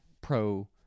pro